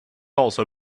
also